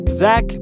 Zach